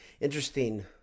interesting